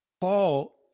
Paul